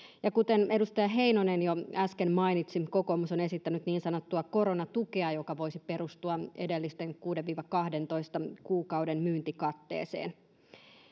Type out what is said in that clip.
kuten edustaja heinonen jo äsken mainitsi kokoomus on esittänyt niin sanottua koronatukea joka voisi perustua edellisen kuuden viiva kahdentoista kuukauden myyntikatteeseen